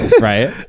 Right